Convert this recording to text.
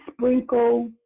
sprinkle